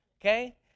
okay